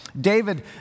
David